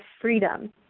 freedom